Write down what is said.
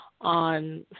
on